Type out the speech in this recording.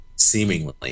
seemingly